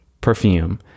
perfume